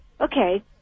okay